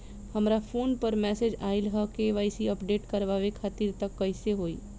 हमरा फोन पर मैसेज आइलह के.वाइ.सी अपडेट करवावे खातिर त कइसे होई?